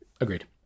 agreed